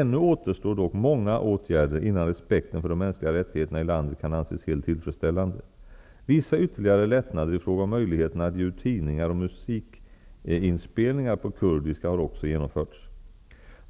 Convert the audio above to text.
Ännu återstår dock många åtgärder innan respekten för de mänskliga rättigheterna i landet kan anses helt tillfredsställande. Vissa ytterligare lättnader i fråga om möjligheterna att ge ut tidningar och musikinspelningar på kurdiska har också genomförts.